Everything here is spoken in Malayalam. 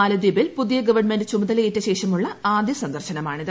മാലദ്വീപിൽ പുതിയ ഗവൺമെന്റ് ചുമതലയേറ്റ ശേഷമുള്ള ആദ്യ സന്ദർശനമാണിത്